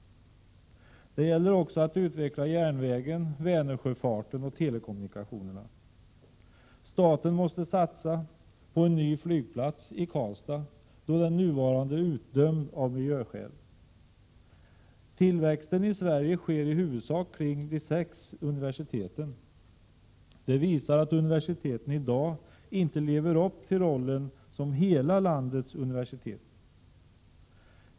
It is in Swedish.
Det gäller också att utveckla järnvägen, Vänersjöfarten och telekommunikationerna. Staten måste satsa på en ny flygplats i Karlstad, då den nuvarande är utdömd av miljöskäl. Tillväxten i Sverige sker i huvudsak kring de sex universiteten. Det visar att universiteten i dag inte lever upp till rollen som hela landets universitet.